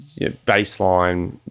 baseline